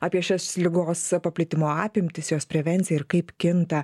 apie šios ligos paplitimo apimtis jos prevenciją ir kaip kinta